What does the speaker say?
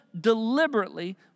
deliberately